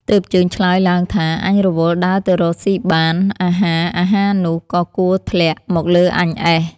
ទើបជើងឆ្លើយឡើងថា អញរវល់ដើរទៅរកស៊ីបានអាហារ ៗ នោះក៏គួរធ្លាក់ មកលើអញអេះ។